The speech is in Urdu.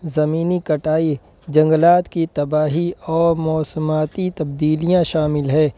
زمینی کٹائی جنگلات کی تباہی اور موسماتی تبدیلیاں شامل ہے